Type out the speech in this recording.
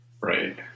Right